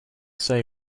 say